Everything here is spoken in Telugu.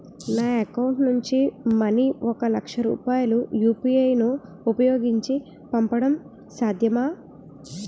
నా అకౌంట్ నుంచి మనీ ఒక లక్ష రూపాయలు యు.పి.ఐ ను ఉపయోగించి పంపడం సాధ్యమా?